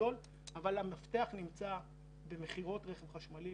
המפתח נמצא במכירות של הרכב החשמלי.